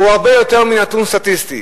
הוא הרבה יותר מנתון סטטיסטי.